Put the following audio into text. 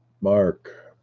mark